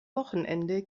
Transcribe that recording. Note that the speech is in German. wochenende